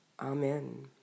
Amen